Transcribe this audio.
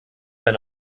been